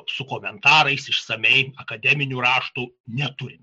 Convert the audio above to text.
su komentarais išsamiai akademinių raštų neturim